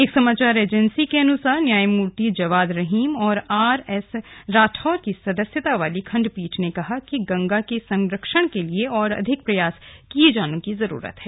एक समाचार एजेंसी के अनुसार न्यायमूर्ति जवाद रहीम और आरएसराठौड़ की सदस्यता वाली खंडपीठ ने कहा कि गंगा के संरक्षण के लिए और अधिक प्रयास किए जाने की जरूरत है